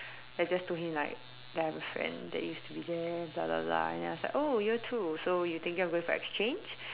I just told him like that I have a friend that used to be there blah blah blah and then I was like oh year two so you thinking of going for exchange